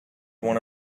one